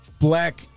black